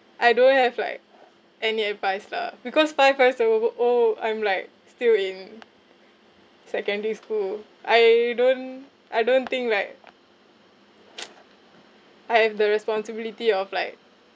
I don't have like any advice lah because five years ago go oh I'm like still in secondary school I don't I don't think like I have the responsibility of like